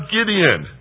Gideon